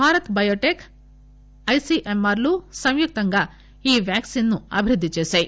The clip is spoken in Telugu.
భారత్ బయోటెక్ ఐసీఎంఆర్ సంయుక్తంగా ఈ వ్యాక్సీన్ ను అభివృద్ది చేశాయి